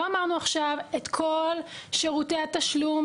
לא אמרנו עכשיו: את כל שירותי התשלום